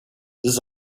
this